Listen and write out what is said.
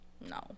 No